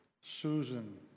Susan